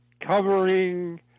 covering